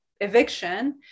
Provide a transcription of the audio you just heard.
eviction